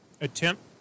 attempt